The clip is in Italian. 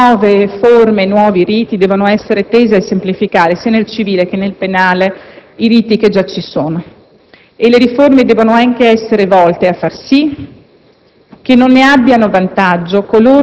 poter accedere alla giustizia e ad una difesa di qualità, anche se non hanno grandi possibilità economiche.